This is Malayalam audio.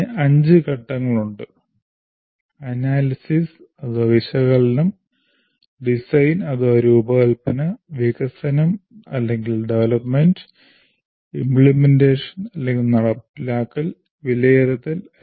ഇതിന് അഞ്ച് ഘട്ടങ്ങളുണ്ട് - വിശകലനം രൂപകൽപ്പന വികസനം നടപ്പിലാക്കൽ വിലയിരുത്തൽ